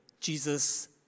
Jesus